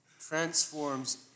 transforms